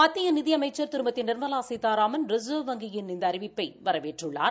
மத்திய நிதி அமைச்சர் திருமதி நிர்மலா சீதாராமன் ரிசர்வ் வங்கியின் இந்த அறிவிக்கை வரவேற்றுள்ளார்